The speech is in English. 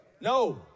No